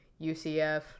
UCF